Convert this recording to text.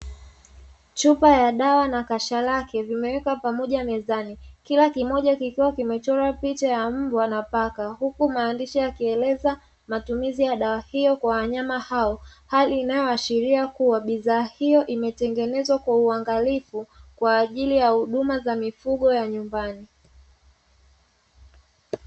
Chupa ya dawa na kasha lake, vimewekwa pamoja mezani, kila kimoja kikiwa kimechorwa picha ya mbwa na paka, huku maandishi yakieleza matumizi ya dawa hiyo kwa wanyama hao, hali inayoashiria kuwa bidhaa hiyo imetengenezwa kwa uangalifu kwa ajili ya huduma za mifugo ya nyumbani.